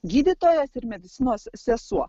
gydytojas ir medicinos sesuo